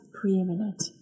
preeminent